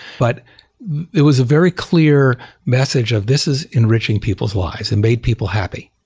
but it was a very clear message of this is enriching people's lives and made people happy.